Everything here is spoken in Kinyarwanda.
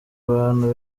abantu